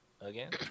again